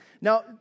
Now